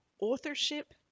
authorship